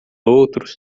outros